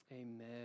Amen